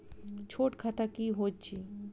छोट खाता की होइत अछि